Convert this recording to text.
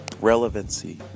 Relevancy